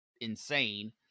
insane